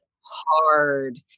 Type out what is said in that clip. hard